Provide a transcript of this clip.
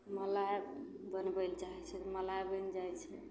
मलाइ बनबै ले चाहै छै तऽ मलाइ बनि जाइ छै